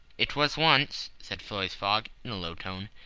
it was once, said phileas fogg, in a low tone.